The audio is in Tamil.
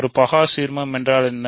ஒருபகா சீர்மம் என்றால் என்ன